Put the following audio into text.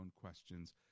questions